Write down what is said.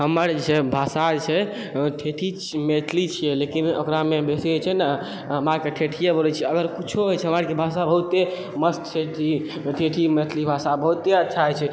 हमर जे छै भाषा जे छै ठेठी मैथिली छियै लेकिन ओकरामे बेसी जे छै ने हमराके ठेठिए बोलै छियै अगर किछौ होइ छै हमरा आरके भाषा बहुते मस्त छै ई ठेठी मैथिली भाषा बहुते अच्छा होइ छै